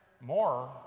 more